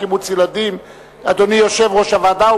אימוץ ילדים (תיקון מס' 7). אדוני יושב-ראש הוועדה,